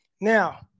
Now